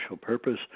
purpose